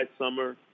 summer